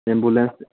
ambulance